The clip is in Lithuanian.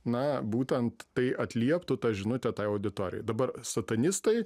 na būtent tai atlieptų tą žinutę tai auditorijai dabar satanistai